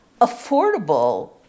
affordable